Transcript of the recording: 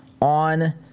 on